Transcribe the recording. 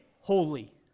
holy